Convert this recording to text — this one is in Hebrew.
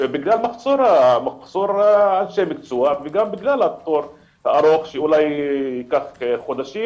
בגלל מחסור אנשי מקצוע וגם בגלל התור הארוך שאולי ייקח חודשים,